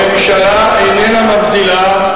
הממשלה איננה מבדילה.